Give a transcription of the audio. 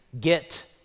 get